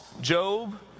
Job